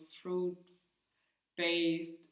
fruit-based